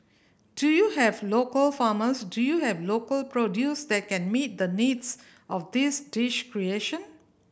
do you have local farmers do you have local produce that can meet the needs of this dish creation